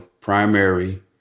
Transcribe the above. primary